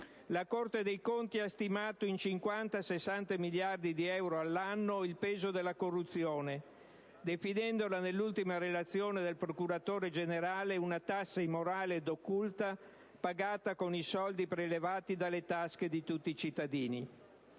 La Corte dei conti ha stimato in 50-60 miliardi di euro all'anno il peso della corruzione, definendola nell'ultima relazione del procuratore generale «una tassa immorale ed occulta pagata con i soldi prelevati dalle tasche di tutti i cittadini».